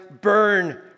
burn